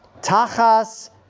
Tachas